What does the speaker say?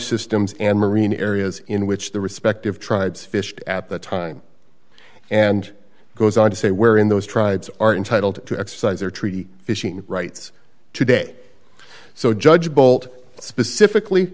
systems and marine areas in which the respective tribes fished at the time and goes on to say where in those tribes are entitled to exercise their treaty fishing rights today so judge bolt specifically